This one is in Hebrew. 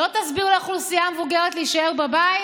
לא תסביר לאוכלוסייה המבוגרת שלא תצא מהבית,